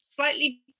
Slightly